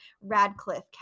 radcliffe